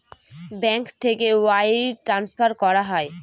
bank থেকে wire transfer করানো হয়